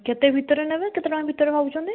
କେତେ ଭିତରେ ନେବେ କେତେ ଟଙ୍କା ଭିତରେ ଭାବୁଛନ୍ତି